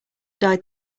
died